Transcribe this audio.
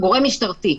גורם משטרתי.